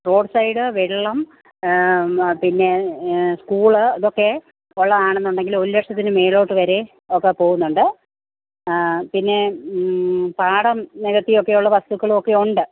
road side വെള്ളം പിന്നെ school ഇതൊക്കെ ഉള്ളതാണെന്നുണ്ടെങ്കിൽ ഒരു ലക്ഷത്തിന് മേലോട്ട് വരെ ഒക്കെ പോവുന്നുണ്ട് പിന്നെ പാടം നികത്തിയൊക്കെയുള്ള വസ്ത്തുക്കളൊക്കെ ഉണ്ട്